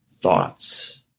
thoughts